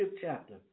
chapter